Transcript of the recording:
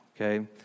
Okay